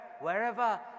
wherever